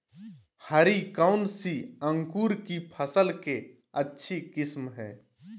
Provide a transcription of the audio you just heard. हरी कौन सी अंकुर की फसल के अच्छी किस्म है?